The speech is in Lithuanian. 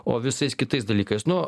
o visais kitais dalykais nu